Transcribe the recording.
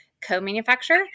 co-manufacturer